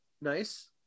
Nice